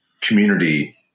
community